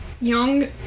young